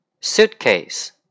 suitcase